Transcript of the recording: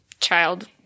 child